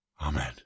Amen